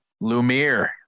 Lumiere